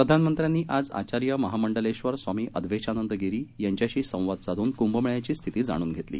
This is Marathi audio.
प्रधानमंत्र्यांनी आज आचार्य महामंडलेश्वर स्वामी अधवेशानंद गिरी यांच्याशी संवाद साधून कुंभमेळ्याची स्थिती जाणून घेतली